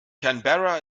canberra